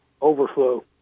overflow